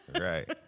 Right